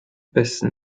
bissen